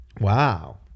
Wow